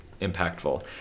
impactful